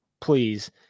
please